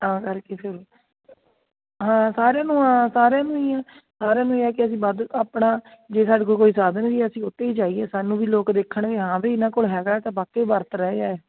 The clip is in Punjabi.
ਤਾਂ ਕਰਕੇ ਫਿਰ ਹਾਂ ਸਾਰਿਆਂ ਨੂੰ ਹਾਂ ਸਾਰਿਆਂ ਨੂੰ ਹੀ ਸਾਰਿਆਂ ਨੂੰ ਇਹ ਹੈ ਕਿ ਅਸੀਂ ਵੱਧ ਆਪਣਾ ਜੇ ਸਾਡੇ ਕੋਲ ਕੋਈ ਸਾਧਨ ਵੀ ਹੈ ਅਸੀਂ ਉਹ 'ਤੇ ਹੀ ਜਾਈਏ ਸਾਨੂੰ ਵੀ ਲੋਕ ਦੇਖਣ ਵੀ ਹਾਂ ਆਹ ਵੀ ਇਹਨਾਂ ਕੋਲ ਹੈਗਾ ਤਾਂ ਵਾਕਈ ਵਰਤ ਰਹੇ ਹੈ